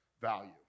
value